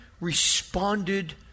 responded